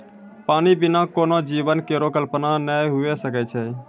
पानी बिना कोनो जीवन केरो कल्पना नै हुए सकै छै?